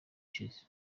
ishize